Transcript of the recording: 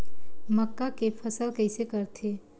मक्का के फसल कइसे करथे?